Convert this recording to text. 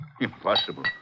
Impossible